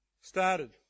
started